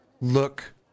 look